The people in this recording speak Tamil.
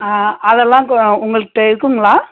ஆ அதெல்லாம் கொ உங்கள்கிட்ட இருக்குதுங்களா